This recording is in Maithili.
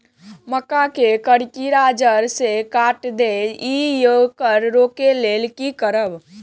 मक्का के कीरा जड़ से काट देय ईय येकर रोके लेल की करब?